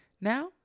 Now